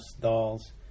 dolls